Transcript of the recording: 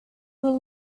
will